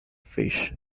fish